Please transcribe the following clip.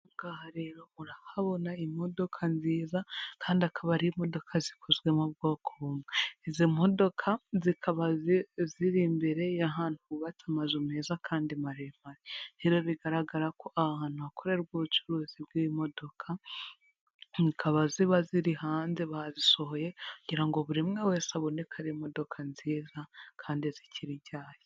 Aha ngaha rero murahabona imodoka nziza kandi akaba ari imodoka zikozwe mu bwoko bumwe, izi modoka zikaba ziri imbere y'ahantu hubatse amazu meza kandi maremare, rero bigaragara ko aha hantu hakorerwa ubucuruzi bw'imodoka, zikaba ziba ziri hanze bazisohoye kugira ngo buri umwe wese abone ko ari imodoka nziza kandi zikiri nshyashya.